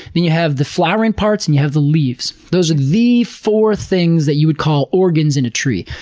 you have the flowering parts, and you have the leaves. those are the four things that you would call organs in a tree.